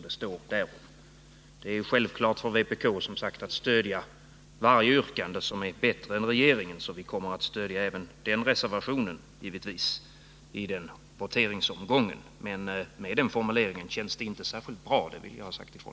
Det är som sagt självklart för vpk att stödja varje yrkande som är bättre än regeringens, och vi kommer givetvis att stödja även reservation 1 i den voteringsomgången. Men med tanke på den av mig berörda formuleringen känns det inte särskilt bra — det vill jag säga ifrån.